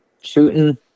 shooting